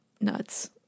nuts